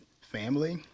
family